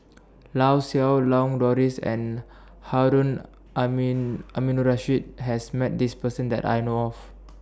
Lau Siew Lang Doris and Harun Amin Aminurrashid has Met This Person that I know of